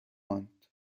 ماند